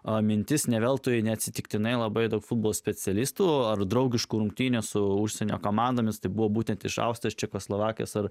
o mintis ne veltui neatsitiktinai labai daug futbolo specialistų ar draugiškų rungtynių su užsienio komandomis tai buvo būtent iš austrijos čekoslovakijos ar